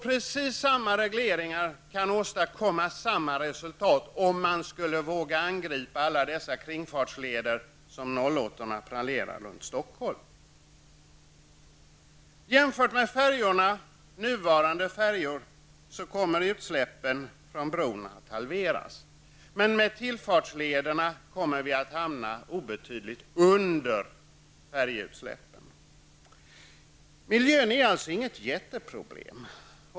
Precis samma regleringar kan åstadkomma samma resultat om man skulle våga angripa alla dessa kringfartsleder som 08-orna planerar runt Stockholm. Jämfört med nuvarande färjor kommer utsläppen från bron att halveras. Med tillfartslederna kommer vi att hamna obetydligt under färjeutsläppen. Frågan om miljön är alltså inget jätteproblem.